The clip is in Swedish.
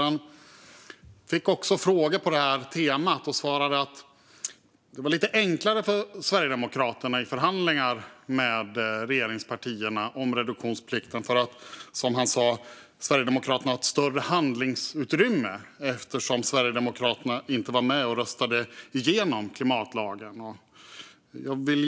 Han fick också frågor på det här temat och svarade att det var enklare för Sverigedemokraterna i förhandlingarna med regeringspartierna om reduktionsplikten. Han sa att Sverigedemokraterna har större handlingsutrymme eftersom de inte var med och röstade igenom klimatlagen.